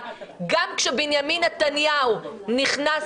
גם כשבנימין נתניהו נכנס